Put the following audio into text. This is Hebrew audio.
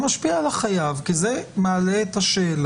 זה משפיע על החייב כי זה מעלה את השאלה.